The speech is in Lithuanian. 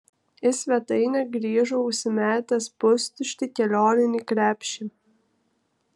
į svetainę grįžau užsimetęs pustuštį kelioninį krepšį